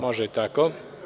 Može i tako.